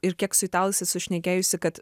ir kiek su italais esu šnekėjusi kad